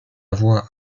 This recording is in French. voie